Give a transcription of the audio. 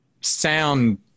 sound